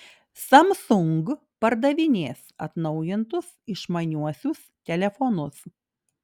samsung pardavinės atnaujintus išmaniuosius telefonus